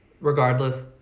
regardless